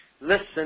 listen